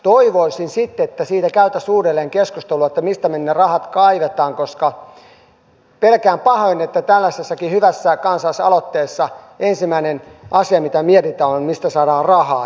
toivoisin sitten että siitä käytäisiin uudelleen keskustelua että mistä me ne rahat kaivamme koska pelkään pahoin että tällaisessakin hyvässä kansalaisaloitteessa ensimmäinen asia mitä mietitään on se mistä saadaan rahaa